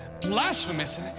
blasphemous